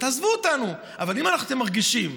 אבל אם אתם מרגישים,